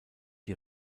die